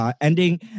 ending